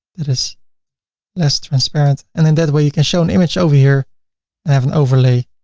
it is less transparent and then that way you can show an image over here and have an overlay.